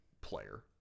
player